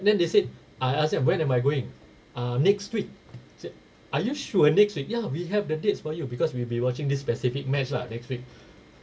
then they said ah I asked them when am I going ah next week said are you sure next week ya we have the dates for you because we'd be watching this specific match lah next week